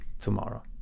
tomorrow